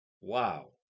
Wow